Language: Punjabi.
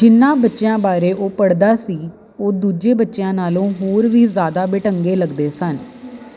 ਜਿਨ੍ਹਾਂ ਬੱਚਿਆਂ ਬਾਰੇ ਉਹ ਪੜ੍ਹਦਾ ਸੀ ਉਹ ਦੂਜੇ ਬੱਚਿਆਂ ਨਾਲੋਂ ਹੋਰ ਵੀ ਜ਼ਿਆਦਾ ਬੇਢੰਗੇ ਲੱਗਦੇ ਸਨ